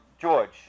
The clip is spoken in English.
George